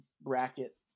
bracket